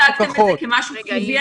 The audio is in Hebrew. אתם הצגתם את זה כמשהו חיובי,